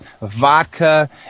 vodka